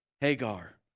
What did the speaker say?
Hagar